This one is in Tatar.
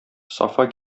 сафа